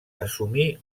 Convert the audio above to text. assumí